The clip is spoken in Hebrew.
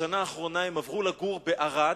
בשנה האחרונה הם עברו לגור בערד,